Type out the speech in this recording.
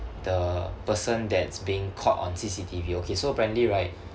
the person that's being caught on C_C_T_V okay so apparently right